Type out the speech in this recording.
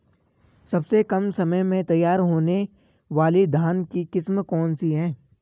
सबसे कम समय में तैयार होने वाली धान की किस्म कौन सी है?